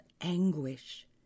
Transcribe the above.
anguish